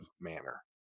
manner